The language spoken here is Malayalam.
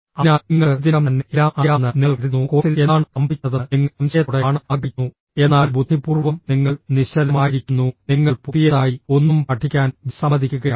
അതിനാൽ നിങ്ങൾക്ക് ഇതിനകം തന്നെ എല്ലാം അറിയാമെന്ന് നിങ്ങൾ കരുതുന്നു കോഴ്സിൽ എന്താണ് സംഭവിക്കുന്നതെന്ന് നിങ്ങൾ സംശയത്തോടെ കാണാൻ ആഗ്രഹിക്കുന്നു എന്നാൽ ബുദ്ധിപൂർവ്വം നിങ്ങൾ നിശ്ചലമായിരിക്കുന്നു നിങ്ങൾ പുതിയതായി ഒന്നും പഠിക്കാൻ വിസമ്മതിക്കുകയാണ്